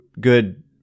good